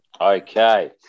Okay